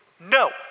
No